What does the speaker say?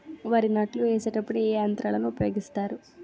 వరి నాట్లు వేసేటప్పుడు ఏ యంత్రాలను ఉపయోగిస్తారు?